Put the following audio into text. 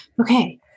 Okay